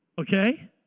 Okay